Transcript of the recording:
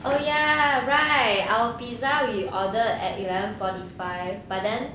oh ya right our pizza we order at eleven forty five but then